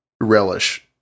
relish